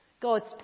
God's